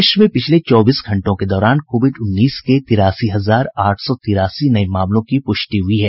देश में पिछले चौबीस घंटों के दौरान कोविड उन्नीस के तिरासी हजार आठ सौ तिरासी नये मामलों की पुष्टि हुई है